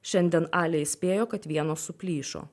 šiandien alė įspėjo kad vienos suplyšo